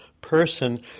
Person